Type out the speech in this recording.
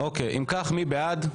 אם כך, מי בעד?